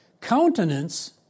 Countenance